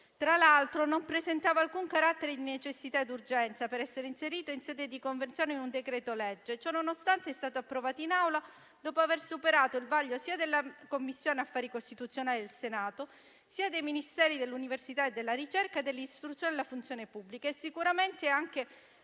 Tra l'altro, non presentava alcun carattere di necessità e urgenza per essere inserito in un disegno di legge di conversione di decreto-legge. Ciò nonostante, è stato approvato in Assemblea dopo aver superato il vaglio sia della Commissione affari costituzionali del Senato, sia dei Ministeri dell'università e della ricerca e per la pubblica